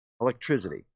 electricity